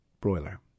broiler